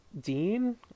Dean